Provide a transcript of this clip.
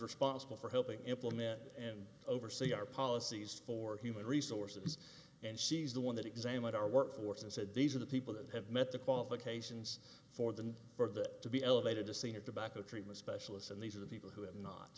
responsible for helping implement and oversee our policies for human resources and she's the one that examined our workforce and said these are the people that have met the qualifications for than for that to be elevated to see at the back of treatment specialists and these are the people who have not